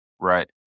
Right